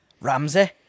Ramsey